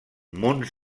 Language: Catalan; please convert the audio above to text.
munts